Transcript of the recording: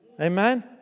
Amen